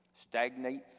stagnate